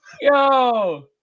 Yo